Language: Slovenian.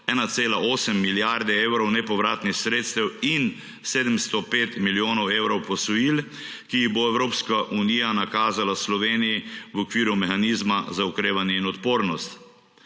1,8 milijarde evrov nepovratnih sredstev in 705 milijonov evrov posojil, ki jih bo Evropske unija nakazala Sloveniji v okviru mehanizma za okrevanje in odpornost.